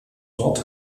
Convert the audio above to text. dort